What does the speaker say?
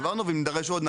העברנו ואם נדרש עוד,